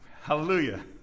Hallelujah